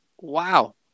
wow